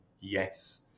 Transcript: yes